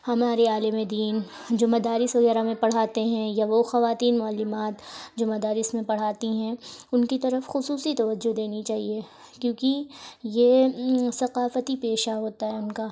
ہمارے عالمِ دین جو مدارس وغیرہ میں پڑھاتے ہیں یا وہ خواتین معلمات جو مدارس میں پڑھاتی ہیں ان کی طرف خصوصی توجہ دینی چاہیے کیونکہ یہ ثقافتی پیشہ ہوتا ہے ان کا